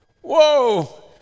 Whoa